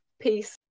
peace